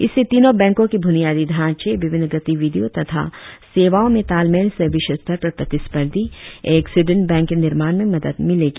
इससे तीनो बैंको के बुनियादी ढांचे विभिन्न गतिविधियों तथा सेवाओं में तालमेल से विश्वस्तर पर प्रतिस्पर्धी एक सुदृढ बैंक के निर्माण में मदद मिलेगी